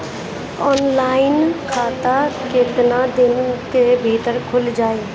Online खाता केतना दिन के भीतर ख़ुल जाई?